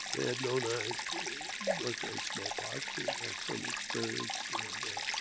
they had known i had worked on smallpox and had some experience with